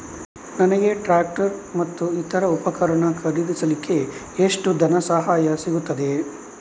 ನನಗೆ ಟ್ರ್ಯಾಕ್ಟರ್ ಮತ್ತು ಇತರ ಉಪಕರಣ ಖರೀದಿಸಲಿಕ್ಕೆ ಎಷ್ಟು ಧನಸಹಾಯ ಸಿಗುತ್ತದೆ?